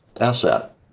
asset